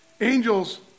Angels